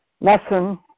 lesson